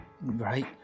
Right